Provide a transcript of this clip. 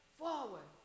forward